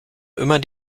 immer